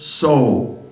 soul